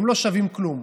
הם לא שווים כלום,